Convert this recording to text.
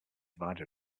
divided